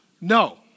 No